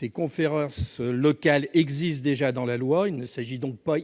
des maires qui existent déjà dans la loi- il ne s'agit donc pas